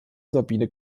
sabine